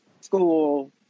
school